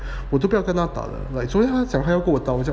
我都不要跟他打了 like 所以他讲他要跟我打